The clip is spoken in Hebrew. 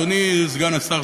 אדוני סגן השר,